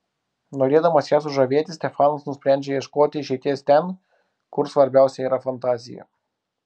norėdamas ją sužavėti stefanas nusprendžia ieškoti išeities ten kur svarbiausia yra fantazija